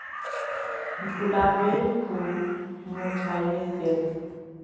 गुलाबेर फूल मुर्झाए गेल